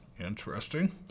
Interesting